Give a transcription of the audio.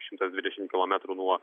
šimtas dvidešim kilometrų nuo